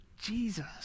Jesus